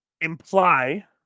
imply